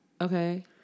Okay